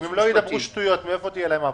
אם הם לא ידברו שטויות, מאיפה תהיה להם עבודה?